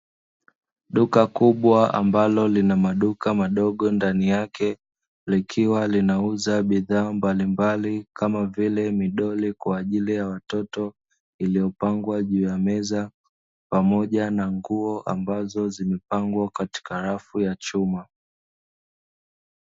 Duka kubwa ambalo lina maduka madogo ndani yake, likiwa linauza bidhaa mbalimbali kama vile midoli kwa ajili ya watoto, iliyopangwa juu ya meza pamoja na nguo ambazo zimepangwa katika rafu ya chuma.